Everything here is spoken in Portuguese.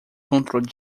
controle